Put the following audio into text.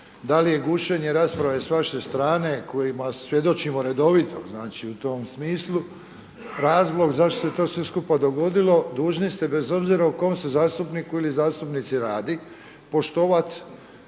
da li je gušenje rasprave s vaše strane kojima svjedočimo redovito u tom smislu, razlog zašto se to sve skupa dogodilo, dužni ste bez obzira o kom se zastupniku ili zastupnici radi poštovati